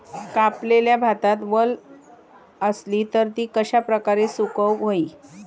कापलेल्या भातात वल आसली तर ती कश्या प्रकारे सुकौक होई?